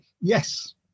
yes